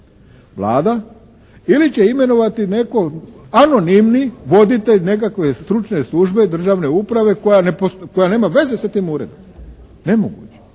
Vlada ili će imenovati netko anonimni voditelj nekakve stručne službe, državne uprave koja nema veze sa tim uredom. Nemoguće.